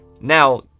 Now